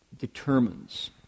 determines